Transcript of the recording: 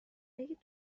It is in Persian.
بگید